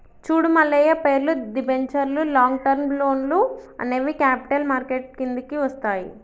చూడు మల్లయ్య పేర్లు, దిబెంచర్లు లాంగ్ టర్మ్ లోన్లు అనేవి క్యాపిటల్ మార్కెట్ కిందికి వస్తాయి